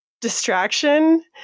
distraction